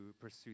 pursue